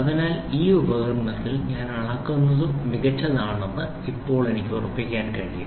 അതിനാൽ ഈ ഉപകരണത്തിൽ ഞാൻ അളക്കുന്നതെന്തും മികച്ചതാണെന്ന് ഇപ്പോൾ എനിക്ക് ഉറപ്പാക്കാൻ കഴിയും